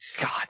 God